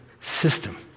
system